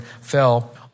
fell